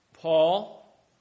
Paul